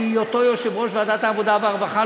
בהיותו יושב-ראש ועדת העבודה והרווחה,